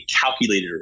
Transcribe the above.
calculated